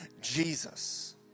Jesus